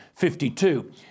52